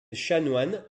chanoine